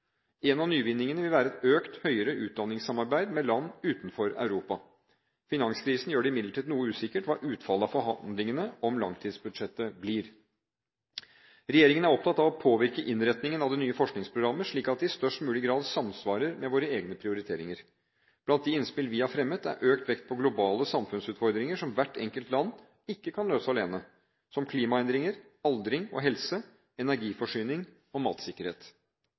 En av nyvinningene vil være et økt høyere utdanningssamarbeid med land utenfor Europa. Finanskrisen gjør det imidlertid noe usikkert hva utfallet av forhandlingene om langtidsbudsjettet blir. Regjeringen er opptatt av å påvirke innretningen av det nye forskningsprogrammet, slik at det i størst mulig grad samsvarer med våre egne prioriteringer. Blant de innspill vi har fremmet, er økt vekt på globale samfunnsutfordringer som hvert enkelt land ikke kan løse alene – som klimaendringer, aldring og helse, energiforsyning og matsikkerhet.